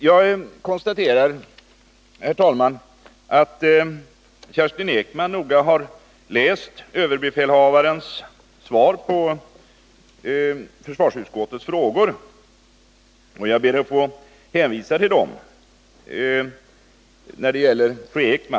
Jag konstaterar, herr talman, att Kerstin Ekman noga har läst överbefälhavarens svar på försvarsutskottets frågor, och jag ber även att få hänvisa till utskottets betänkande i övrigt när det gäller svar till fru Ekman.